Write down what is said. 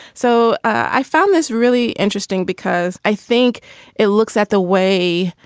so i found this really interesting because i think it looks at the way